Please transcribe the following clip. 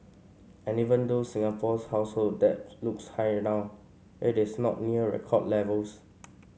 and even though Singapore's household debt looks high now it is not near record levels